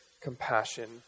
compassion